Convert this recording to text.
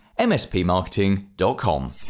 Mspmarketing.com